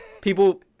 people